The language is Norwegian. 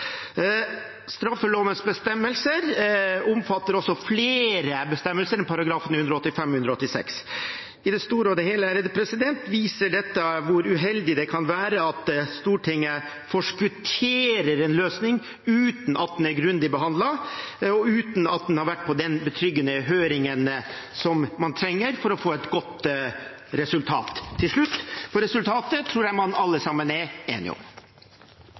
Straffelovens bestemmelser omfatter også flere bestemmelser enn §§ 185 og 186. I det store og hele viser dette hvor uheldig det kan være at Stortinget forskutterer en løsning uten at den er grundig behandlet, og uten at den har vært på den betryggende høringen man trenger for å få et godt resultat. Til slutt – resultatet tror jeg alle sammen er enige om.